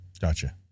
Gotcha